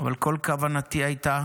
אבל כל כוונתי הייתה